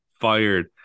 fired